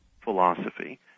philosophy